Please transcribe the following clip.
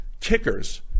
kickers